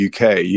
UK